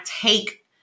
take